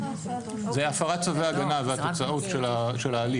זה הפרת צווי הגנה והתוצאות של ההליך.